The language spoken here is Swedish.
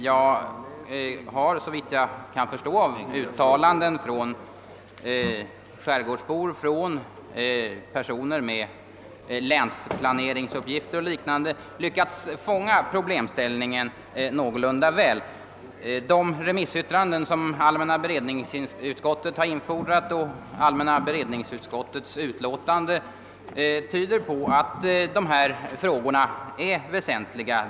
Jag har, såvitt jag kan förstå av uttalanden från skärgårdsbor och från personer med länsplaneringsuppgifter och liknande, lyckats fånga problemställningen någorlunda väl. De remissyttranden, som allmänna beredningsutskottet har infordrat och utskottets eget utlåtande visar att de här frågorna är väsentliga.